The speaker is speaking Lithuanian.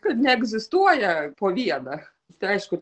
kad neegzistuoja po vieną tai aišku